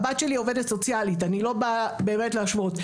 הבת שלי עובדת סוציאלית, אני לא באה באמת להשוות.